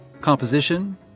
composition